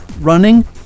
running